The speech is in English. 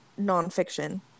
nonfiction